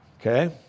okay